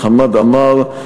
חמד עמאר,